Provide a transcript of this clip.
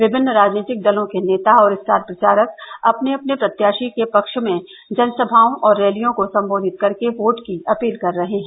विभिन्न राजनीतिक दलों के नेता और स्टार प्रचारक अपने अपने प्रत्याषी के पक्ष में जनसभाओं और रैलियों को सम्बोधित कर के योट की अपील कर रहे हैं